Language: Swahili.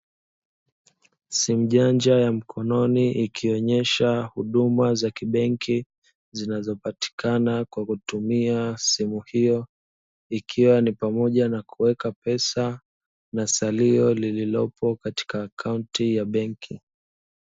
Simu janja ya mkononi ikionyesha huduma za kibenki, zinazopatikana kwa kutumia simu hiyo. Ikiwa ni pamoja na kuweka pesa na salio lililopo katika akaunti ya benki.